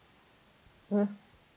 mm